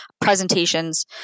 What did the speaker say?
presentations